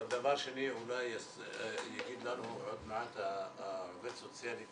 דבר שני, אולי תגיד לנו עוד מעט העובדת סוציאלית